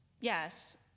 Yes